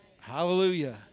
Hallelujah